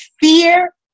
fear